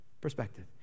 Perspective